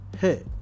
hey